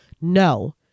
no